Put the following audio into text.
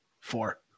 Four